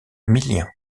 millien